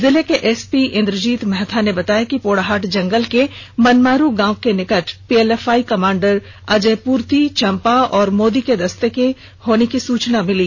जिले के एसपी इंद्रजीत महथा ने बताया कि पोड़ाहाट जंगल के मनमारू गांव के निकट पीएलएफआई कमांडर अजय पूर्ति चंपा और मोदी के दस्ते की होने की सूचना मिली